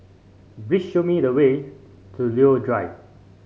please show me the way to Leo Drive